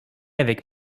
avec